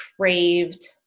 craved